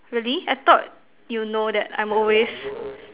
really I thought you know that I'm always